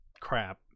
crap